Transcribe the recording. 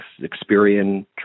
Experian